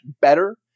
better